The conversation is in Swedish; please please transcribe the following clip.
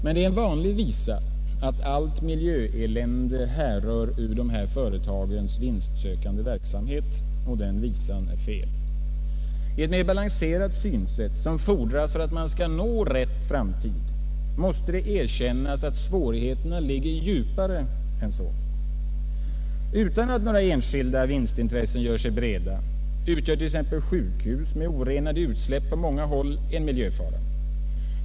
Men det är en vanlig visa att allt miljöelände härrör ur företagens vinstsökande verksamhet, och den visan är fel. Med ett balanserat synsätt som fordras för att man skall nå rätt framtid måste det erkännas att svårigheterna ligger djupare än så. Utan att några enskilda vinstintressen gör sig breda utgör t.ex. sjukhusen med orenade utsläpp på många håll en miljöfara.